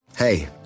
Hey